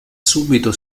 subito